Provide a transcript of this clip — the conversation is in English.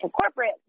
corporate